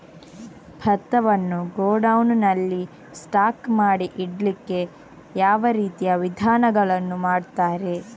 ಭತ್ತವನ್ನು ಗೋಡೌನ್ ನಲ್ಲಿ ಸ್ಟಾಕ್ ಮಾಡಿ ಇಡ್ಲಿಕ್ಕೆ ಯಾವ ರೀತಿಯ ವಿಧಾನಗಳನ್ನು ಮಾಡ್ತಾರೆ?